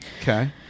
okay